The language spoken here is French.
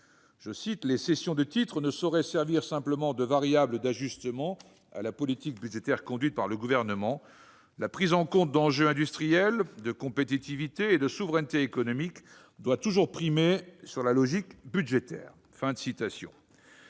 particulier les cessions, ne sauraient servir simplement de variable d'ajustement à la politique budgétaire conduite par le Gouvernement : la prise en compte d'enjeux industriels, de compétitivité et de souveraineté économique doit toujours primer sur la logique budgétaire. »